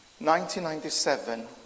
1997